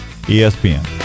ESPN